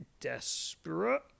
desperate